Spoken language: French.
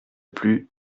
plus